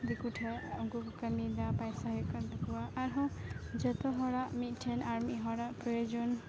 ᱫᱤᱠᱩ ᱴᱷᱮᱱ ᱩᱱᱠᱩ ᱠᱚ ᱠᱟᱹᱢᱤᱭᱮᱫᱟ ᱯᱚᱭᱥᱟ ᱦᱩᱭᱩᱜᱠᱟᱱ ᱛᱟᱠᱚᱣᱟ ᱟᱨᱦᱚᱸ ᱡᱚᱛᱚ ᱦᱚᱲᱟᱜ ᱢᱤᱫᱴᱷᱮᱱ ᱟᱨ ᱢᱤᱫ ᱦᱚᱲᱟᱜ ᱯᱨᱳᱭᱳᱡᱚᱱ